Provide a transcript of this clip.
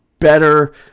better